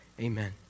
amen